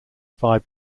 phi